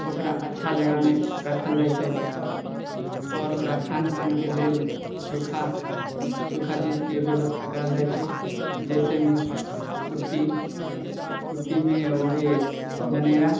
ओकरा अच्छा जगहमे रखल जाइ छै आओर ओकरा खानपानके लेल सूखा सूखा चीजके बेबस्था करल जाइ छै जाहिसँमे कुट्टी कुट्टीमे वएह जनेरा